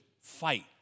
fight